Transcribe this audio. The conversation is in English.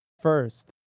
first